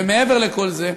ומעבר לכל זה,